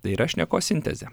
tai yra šnekos sintezė